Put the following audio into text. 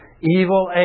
evil